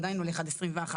הוא עדיין הולך עד עשרים ואחד.